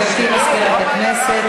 גברתי מזכירת הכנסת,